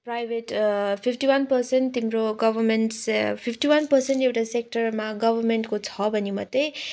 private fifty one percent तिम्रो governments fifty one percent एउटा सेक्टरमा गभर्मेन्टको छ भने मात्रै